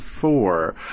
four